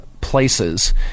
places